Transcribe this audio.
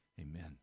Amen